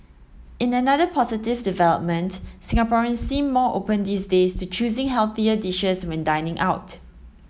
in another positive development Singaporeans seem more open these days to choosing healthier dishes when dining out